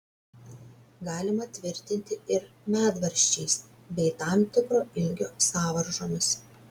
galima tvirtinti ir medvaržčiais bei tam tikro ilgio sąvaržomis